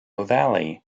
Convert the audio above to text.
valley